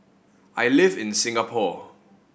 I live in Singapore